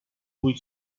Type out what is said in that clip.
vuit